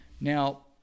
Now